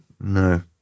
No